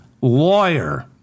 lawyer